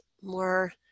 more